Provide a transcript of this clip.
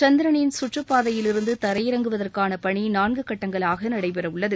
சந்திரனின் சுற்றுப்பாதையிலிருந்து தரையிறங்குவதற்கான பணி நான்கு கட்டங்களாக நடைபெறவுள்ளது